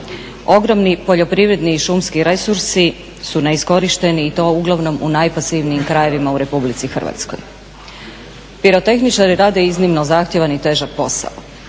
Ogromni poljoprivredni šumski resursi su neiskorišteni i to uglavnom u najpasivnijim krajevima u RH. Pirotehničari rade iznimno zahtjevan i težak posao.